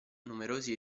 numerosi